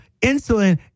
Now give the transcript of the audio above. Insulin